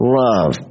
love